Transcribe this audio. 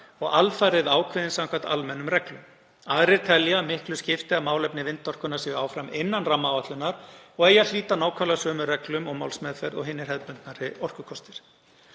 og alfarið ákveðin samkvæmt almennum reglum. Aðrir telja að miklu skipti að málefni vindorkunnar séu áfram innan rammaáætlunar og eigi að hlíta nákvæmlega sömu reglum og málsmeðferð og hinir hefðbundnari orkukostir.